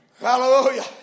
Hallelujah